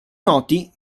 noti